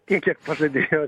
tiek kiek pažadėjo